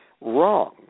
Wrong